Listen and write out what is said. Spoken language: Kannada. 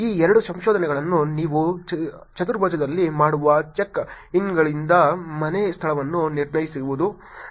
ಈ ಎರಡು ಸಂಶೋಧನೆಗಳನ್ನು ನೀವು ಚತುರ್ಭುಜದಲ್ಲಿ ಮಾಡುವ ಚೆಕ್ ಇನ್ಗಳಿಂದ ಮನೆಯ ಸ್ಥಳವನ್ನು ನಿರ್ಣಯಿಸುವುದು